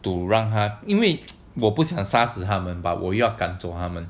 to 让它因为我不想杀死他们我我要赶走它们